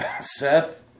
Seth